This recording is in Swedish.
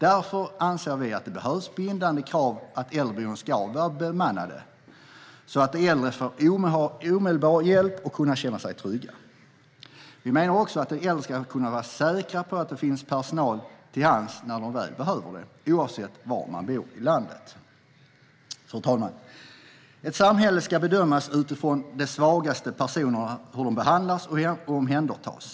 Därför anser vi att det behövs bindande krav att äldreboende ska vara bemannade så att de äldre får omedelbar hjälp och kan känna sig trygga. Vi menar också att de äldre ska kunna vara säkra på att det finns personal till hands när de väl behöver den oavsett var de bor i landet. Fru talman! Ett samhälle ska bedömas utifrån hur de svagaste personerna behandlas och omhändertas.